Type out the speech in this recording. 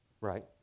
right